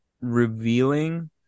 revealing